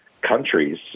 countries